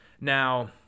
Now